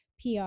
PR